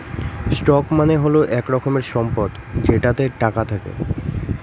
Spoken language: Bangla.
স্টক মানে হল এক রকমের সম্পদ যেটাতে টাকা থাকে